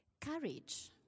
Courage